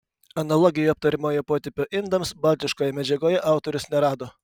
analogijų aptariamojo potipio indams baltiškoje medžiagoje autorius nerado